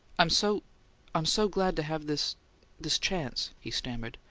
i'm so i'm so glad to have this this chance, he stammered.